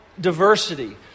diversity